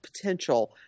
potential